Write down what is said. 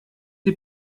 die